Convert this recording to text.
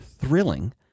thrilling